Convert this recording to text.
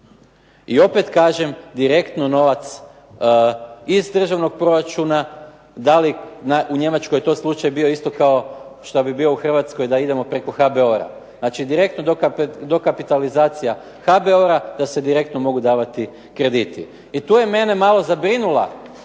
I opet kažem direktno novac iz državnog proračuna da li, u Njemačkoj je to slučaj bio isto kao što bi bio u Hrvatskoj da idemo preko HBOR-a. Znači, dokapitalizacija HBOR-a da se direktno mogu davati krediti. I tu je mene malo zabrinula